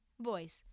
voice